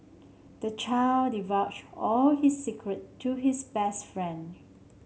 the child divulged all his secret to his best friend